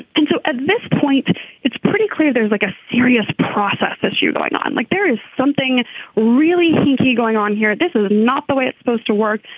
and so at this point it's pretty clear there's like a serious process this year going on like there is something really hinky going on here. this is not the way it's supposed to work.